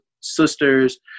sisters